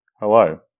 Hello